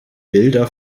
bilder